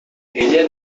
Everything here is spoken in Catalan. ella